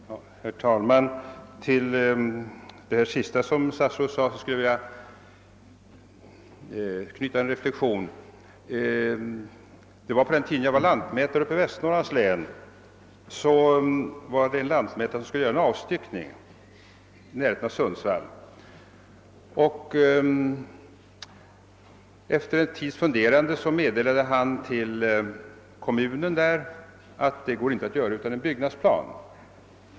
Herr talman! Till det senaste som statsrådet sade skulle jag vilja knyta en reflexion. På den tid då jag var lantmätare i Västernorrlands län skulle en lantmätare göra en avstyckning i närheten av Sundsvall. Efter en tids funderande meddelade han kommunen att det inte gick att göra utan en byggnadsplan.